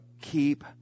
keep